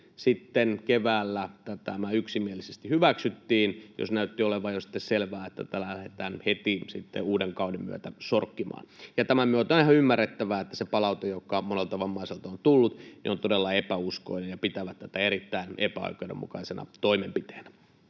miksi keväällä tämä yksimielisesti hyväksyttiin, jos näytti olevan jo selvää, että tätä lähdetään heti uuden kauden myötä sorkkimaan? Tämän myötä on ihan ymmärrettävää, että se palaute, joka monelta vammaiselta on tullut, on todella epäuskoinen, ja he pitävät tätä erittäin epäoikeudenmukaisena toimenpiteenä.